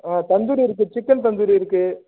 ஆ தந்தூரி இருக்குது சிக்கன் தந்தூரி இருக்குது